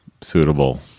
suitable